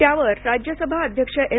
त्यावर राज्यसभा अध्यक्ष एम